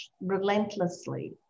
relentlessly